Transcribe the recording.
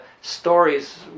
stories